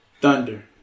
Thunder